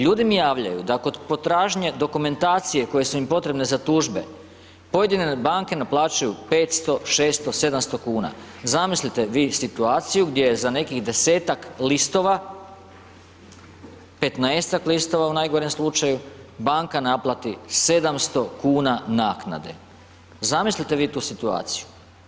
Ljudi mi javljaju da kod potražnje dokumentacije koji su im potrebne za tužbe, pojedine banke naplaćuju 500, 600, 700 kuna, zamislite vi situaciju gdje je za nekih 10-tak listova, 15-tak listova u najgorem slučaju, banka naplati 700 kuna naknade, zamislite vi tu situaciju.